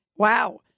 Wow